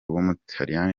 w’umutaliyani